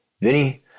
Vinny